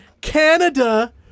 Canada